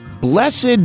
Blessed